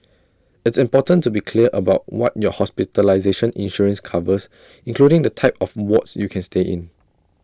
it's important to be clear about what your hospitalization insurance covers including the type of wards you can stay in